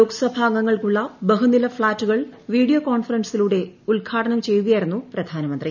ലോക് സഭാംഗങ്ങൾക്കുള്ള ബഹുനില ഫ്ളാറ്റുകൾ വീഡിയോ കോൺഫറൻസിലൂടെ ഉദ്ഘാടനം ചെയ്യുകായിരുന്നു പ്രധാനമന്ത്രി